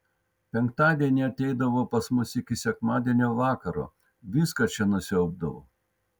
penktadienį ateidavo pas mus iki sekmadienio vakaro viską čia nusiaubdavo